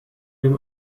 dem